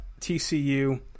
TCU